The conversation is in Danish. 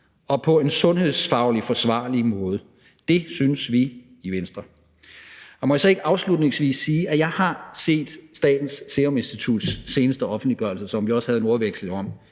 og på en sundhedsfaglig forsvarlig måde? Det synes vi i Venstre. Må jeg så ikke afslutningsvis sige, at jeg har set Statens Seruminstituts seneste offentliggørelse, som vi også havde en ordveksling om